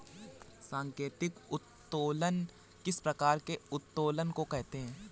सांकेतिक उत्तोलन किस प्रकार के उत्तोलन को कहते हैं?